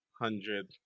hundred